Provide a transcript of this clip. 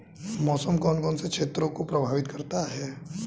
मौसम कौन कौन से क्षेत्रों को प्रभावित करता है?